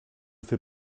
fait